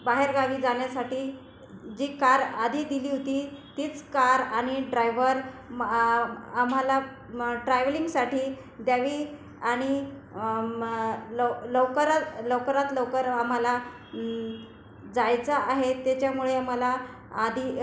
बाहेरगावी जाण्यासाठी जी कार आधी दिली होती तीच कार आणि ड्रायवर म आम्हाला ट्रॅवलिंगसाठी द्यावी आणि लव लवकर लवकरात लवकर आम्हाला जायचं आहे त्याच्यामुळे आम्हाला आधी